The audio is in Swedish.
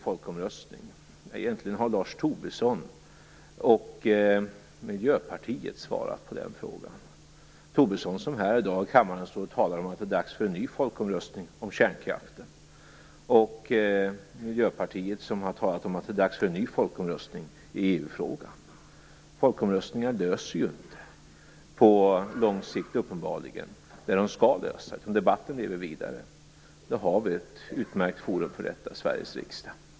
Egentligen har Lars Tobisson och Miljöpartiet svarat på frågan om EMU och en folkomröstning. Lars Tobisson stod här i dag i kammaren och talade om att det är dags för en ny folkomröstning om kärnkraften. Miljöpartiet har talat om att det är dags för en ny folkomröstning i EU-frågan. Folkomröstningar löser ju uppenbarligen inte på lång sikt det de skall lösa, utan debatten lever vidare. Nu har vi ett utmärkt forum för detta, nämligen Sveriges riksdag.